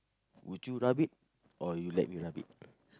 would you rub it or you let me rub it